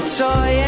toy